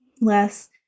less